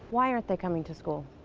why aren't they coming to school?